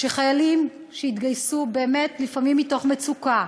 שחיילים שהתגייסו באמת לפעמים מתוך מצוקה,